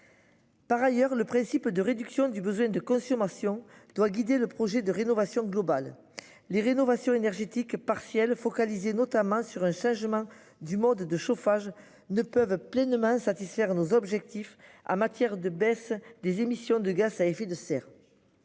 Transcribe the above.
Par ailleurs le principe de réduction du besoin de consommation doit guider le projet de rénovation globale les rénovations énergétiques partiel focalisé notamment sur sagement du mode de chauffage ne peuvent pleinement satisfaire nos objectifs a matière de baisse des émissions de gaz à effet de serre.